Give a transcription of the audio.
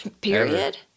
Period